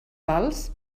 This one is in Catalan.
pals